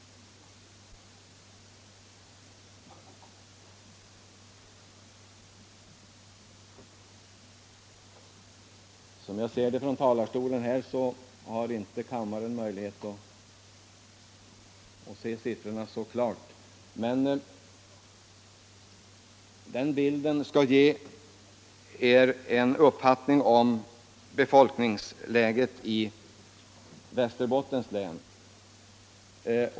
Som jag kan märka från talarstolen har kammaren tyvärr inte någon möjlighet att se siffrorna klart. Det var meningen att den första bilden skulle ge kammaren en uppfattning om befolkningsläget i Västerbottens län.